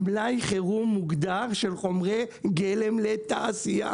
מלאי חירום מוגדר של חומרי גלם לתעשייה,